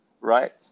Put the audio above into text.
right